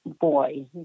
boy